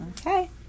Okay